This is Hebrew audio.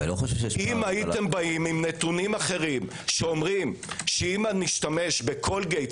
אם הייתם באים עם נתונים אחרים שאומרים שאם נשתמש עם קולגייט